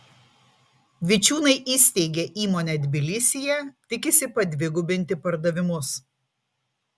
vičiūnai įsteigė įmonę tbilisyje tikisi padvigubinti pardavimus